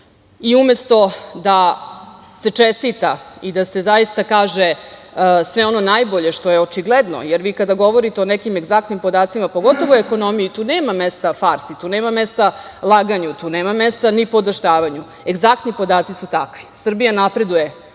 I umesto da se čestita i da se kaže sve ono najbolje, što je očigledno, jer vi kada govorite o nekim egzaktnim podacima, pogotovo u ekonomiji, tu nema mesta farsi, tu nema mesta laganju, tu nema mesta nipodaštavanju, egzaktni podaci su takvi. Srbija napreduje